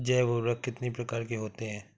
जैव उर्वरक कितनी प्रकार के होते हैं?